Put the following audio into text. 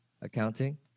accounting